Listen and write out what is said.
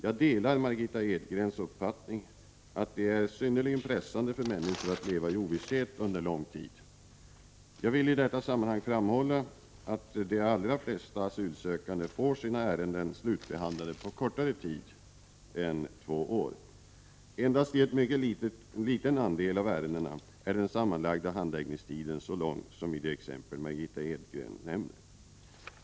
Jag delar Margitta Edgrens uppfattning att det är synnerligen pressande för människor att leva i ovisshet under lång tid. Jag vill i detta sammanhang framhålla att de allra flesta asylsökande får sina ärenden slutbehandlade på kortare tid än två år. Endast vid en mycket liten andel av ärendena är den sammanlagda handläggningstiden så lång som i de exempel Margitta Edgren nämner.